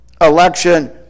Election